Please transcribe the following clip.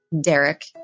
Derek